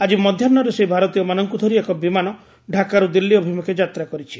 ଆଜି ମଧ୍ୟାହୁରେ ସେହି ଭାରତୀୟମାନଙ୍କୁ ଧରି ଏକ ବିମାନ ଢାକାରୁ ଦିଲ୍ଲୀ ଅଭିମୁଖେ ଯାତ୍ରା କରିଛି